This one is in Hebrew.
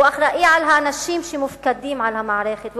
הוא אחראי לאנשים שמופקדים על המערכת,